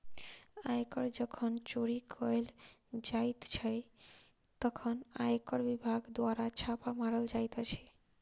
आयकर जखन चोरी कयल जाइत छै, तखन आयकर विभाग द्वारा छापा मारल जाइत अछि